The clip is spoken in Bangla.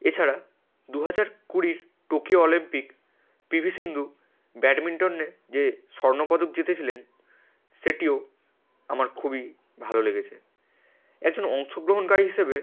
এছাড়া দুহাজার কুড়ির Tokyo Olympic P V Sindhu ব্যাডমিন্টনে যে স্বর্ণপদক জিতেছিলেন সেটিও আমার খুবই ভালো লেগেছে একজন অংশগ্রহণকারী হিসেবে